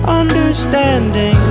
understanding